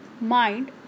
mind